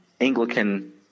Anglican